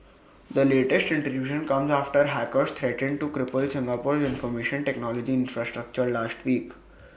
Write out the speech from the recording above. the latest intrusion comes after hackers threatened to cripple Singapore's information technology infrastructure last week